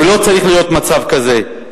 ולא צריך להיות מצב כזה.